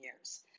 years